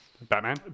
Batman